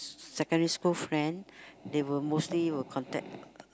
secondary school friend they will mostly will contact